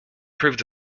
proved